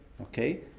Okay